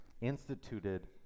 instituted